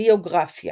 ביוגרפיה